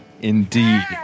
indeed